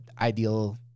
ideal